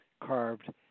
carved